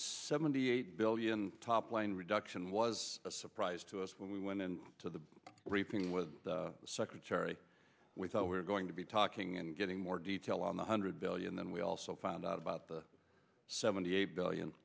seventy eight billion topline reduction was a surprise to us when we went in to the briefing with the secretary we thought we were going to be talking and getting more detail on the hundred billion and we also found out about the seventy eight billion